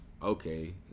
Okay